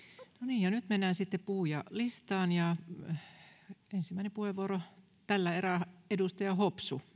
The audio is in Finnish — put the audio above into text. ja nyt mennään sitten puhujalistaan ensimmäinen puheenvuoro tällä erää edustaja hopsu